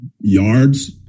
Yards